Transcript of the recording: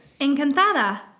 encantada